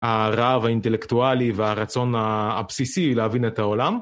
הרעב האינטלקטואלי והרצון הבסיסי להבין את העולם.